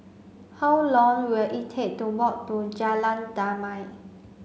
how long will it take to walk to Jalan Damai